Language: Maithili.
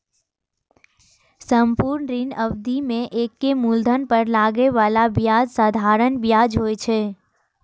संपूर्ण ऋण अवधि मे एके मूलधन पर लागै बला ब्याज साधारण ब्याज होइ छै